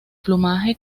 plumaje